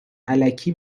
الکی